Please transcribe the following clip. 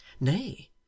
Nay